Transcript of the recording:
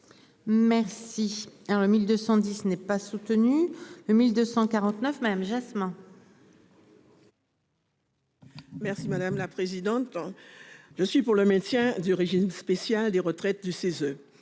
dit ce n'est pas soutenu le 1249 madame Jasmin. Merci madame la présidente. Je suis pour le maintien du régime spécial des retraites du CESE.